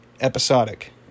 episodic